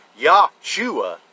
Yahshua